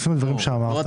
מתייחסים לדברים שאמרת.